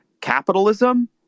capitalism